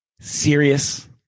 Serious